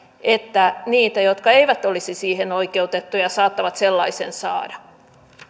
että he jotka eivät olisi siihen oikeutettuja saattavat sellaisen saada